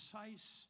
precise